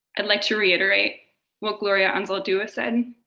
i'd like to reiterate what gloria anzaldua said,